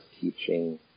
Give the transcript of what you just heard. teaching